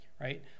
right